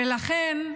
ולכן,